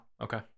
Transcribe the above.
Okay